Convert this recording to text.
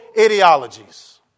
ideologies